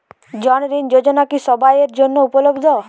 জন ধন যোজনা কি সবায়ের জন্য উপলব্ধ?